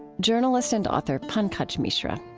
journalist and author pankaj mishra.